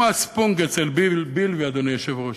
כמו ה"ספונק" אצל בילבי, אדוני היושב-ראש,